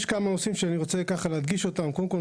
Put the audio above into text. יש כמה נושאים שאני רוצה להדגיש: קודם כל,